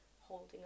holding